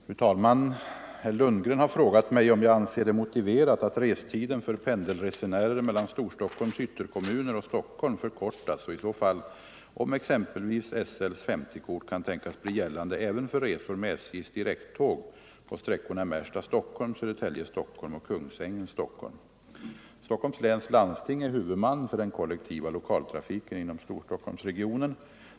Fru talman! Herr Lundgren har frågat mig om jag anser det motiverat att restiden för pendelresenärer mellan Storstockholms ytterkommuner och Stockholm förkortas och i så fall om exempelvis SL:s S0-kort kan tänkas bli gällande även för resor med SJ:s direkttåg på sträckorna Märsta-Stockholm, Södertälje-Stockholm och Kungsängen-Stockholm. Stockholms läns landsting är huvudman för den kollektiva lokaltrafiken inom Storstockholmsregionen.